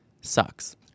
sucks